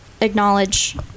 acknowledge